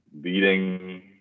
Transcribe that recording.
leading